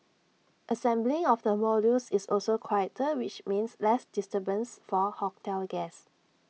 assembly of the modules is also quieter which means less disturbance for hotel guests